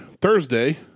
Thursday